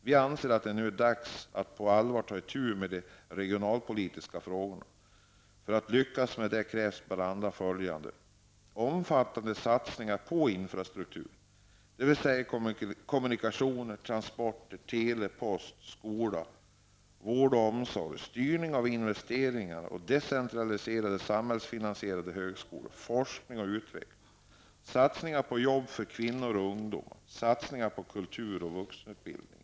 Vi anser att det nu är dags att på allvar ta itu med de regionalpolitiska frågorna. För att lyckas med det krävs bl.a. omfattande satsningar på infrastrukturen, dvs. kommunikationer, transporter, tele, post, skola, vård och omsorg, styrning av investeringar, decentraliserade och samhällsfinansierade högskolor, forskning och utveckling, satsningar på jobb för kvinnor och ungdomar, satsningar på kultur och vuxenutbildning.